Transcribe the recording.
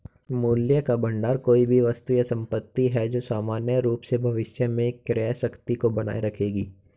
मूल्य का भंडार कोई भी वस्तु या संपत्ति है जो सामान्य रूप से भविष्य में क्रय शक्ति को बनाए रखेगी